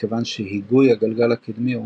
מכיוון שהיגוי הגלגל הקדמי הוא